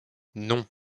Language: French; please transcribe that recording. non